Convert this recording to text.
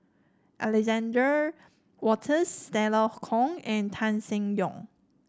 Alexander Wolters Stella Kon and Tan Seng Yong